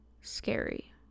scary